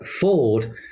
Ford